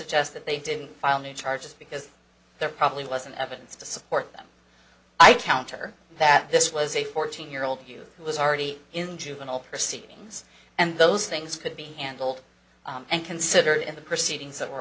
suggest that they didn't file new charges because there probably wasn't evidence to support them i counter that this was a fourteen year old view who was already in juvenile proceedings and those things could be handled and considered in the proceedings that were